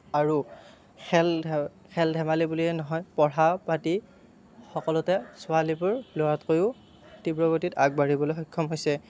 আৰু খেল ধেমালী বুলিয়েই নহয় পঢ়া পাতি সকলোতে ছোৱালীবোৰ ল'ৰাতকৈয়ো তীব্ৰ গতিত আগবাঢ়িবলৈ সক্ষম হৈছে